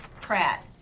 Pratt